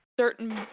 certain